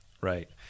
Right